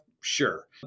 Sure